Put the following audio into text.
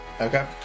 Okay